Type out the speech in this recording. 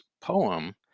poem